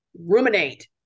ruminate